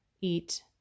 eat